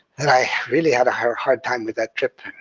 i really had a hard time with that trip.